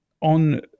on